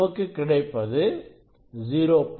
நமக்கு கிடைப்பது 0